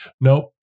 nope